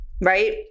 right